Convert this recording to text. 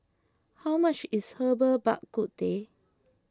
how much is Herbal Bak Ku Teh